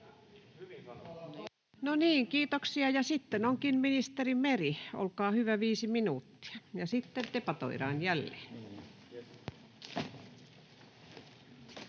kiitoksia. — Ja sitten onkin ministeri Meri, olkaa hyvä, viisi minuuttia. Ja sitten debatoidaan jälleen.